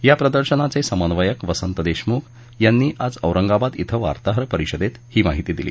या प्रदर्शनाचे समन्वयक वसंत देशमुख यांनी आज औरंगाबाद इथं वार्ताहर परिषदेत ही माहीती दिली